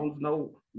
no